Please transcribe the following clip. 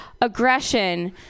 aggression